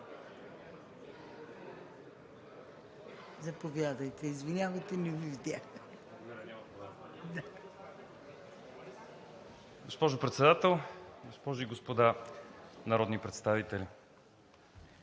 Заповядайте. Извинявайте, не Ви видях.